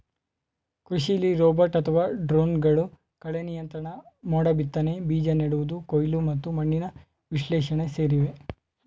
ಕೃಷಿಲಿ ರೋಬೋಟ್ ಅಥವಾ ಡ್ರೋನ್ಗಳು ಕಳೆನಿಯಂತ್ರಣ ಮೋಡಬಿತ್ತನೆ ಬೀಜ ನೆಡುವುದು ಕೊಯ್ಲು ಮತ್ತು ಮಣ್ಣಿನ ವಿಶ್ಲೇಷಣೆ ಸೇರಿವೆ